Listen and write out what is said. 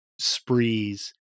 sprees